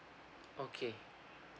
okay